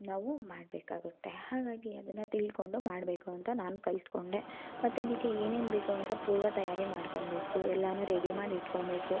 ನಾವು ಮಾಡಬೇಕಾಗುತ್ತೆ ಹಾಗಾಗಿ ಅದನ್ನು ತಿಳ್ಕೊಂಡು ಮಾಡಬೇಕು ಅಂತ ನಾನು ಕಲಿತ್ಕೊಂಡೆ ಮತ್ತು ಅದಕ್ಕೆ ಏನೇನು ಬೇಕು ಅಂತ ಪೂರ್ವ ತಯಾರಿ ಮಾಡ್ಕೊಳ್ಬೇಕು ಎಲ್ಲವೂ ರೆಡಿ ಮಾಡಿ ಇಟ್ಕೊಳ್ಬೇಕು